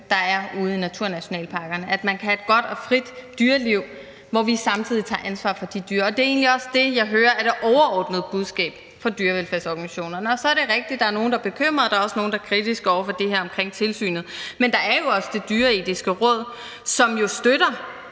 der er ude i naturnationalparkerne, så de kan have et godt og frit dyreliv, hvor vi samtidig tager ansvar for de dyr. Det er egentlig også det, jeg hører er det overordnede budskab fra dyrevelfærdsorganisationerne. Så er det rigtigt, at der er nogle, der er bekymrede, og der er også nogle, der er kritiske over for det her med tilsynet. Men der er også Det Dyreetiske Råd, som jo støtter